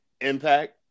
Impact